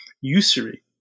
usury